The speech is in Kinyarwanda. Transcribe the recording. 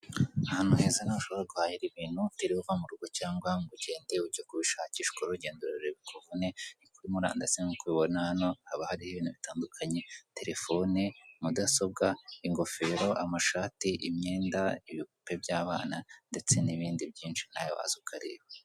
Ahantu heza ushobora guhahira ibintu utiriwe uva mu rugo, cyangwa ngo ugende ujye kubishakisha ukoreburugendo rurerure bikuvune, kuri mu randasi nk'uko ubibona hano haba hari ibintu bitandukanye, tertefone, mutasobwa, ingofero, amashati, imyenda, ibipupe by'abana, ndetse n'ibindi byinshi nawe waza ukareba.